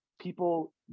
people